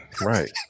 right